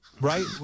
Right